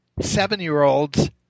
seven-year-olds